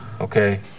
okay